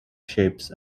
shapes